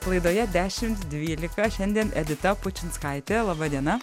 laidoje dešimt dvylika šiandien edita pučinskaitė laba diena